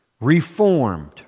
reformed